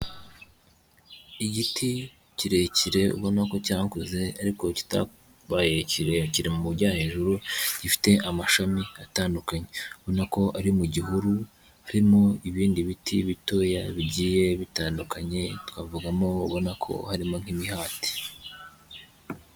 Igiti kirekire ubona ko cyakuze ariko kitabaye kirekire mu bujya hejuru, gifite amashami atandukanye ubona ko ari mu gihuru, harimo ibindi biti bitoya bigiye bitandukanye twavugamo ubona ko harimo nk'imihati.